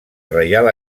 reial